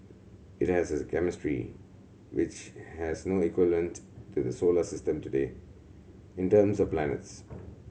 it has a chemistry which has no equivalent in the solar system today in terms of planets